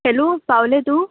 hello पावलें तूं